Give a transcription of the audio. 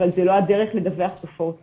אבל לא זו הדרך לדווח על תופעות לוואי.